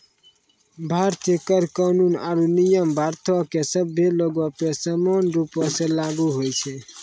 भारतीय कर कानून आरु नियम भारतो के सभ्भे लोगो पे समान रूपो से लागू होय छै